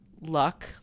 luck